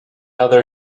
other